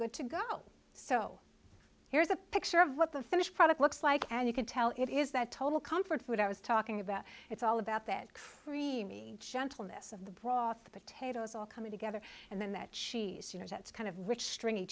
good to go so here's a picture of what the finished product looks like and you can tell it is that total comfort food i was talking about it's all about that creamy gentleness of the broth the potatoes all coming together and then that cheese you know that's kind of rich stringy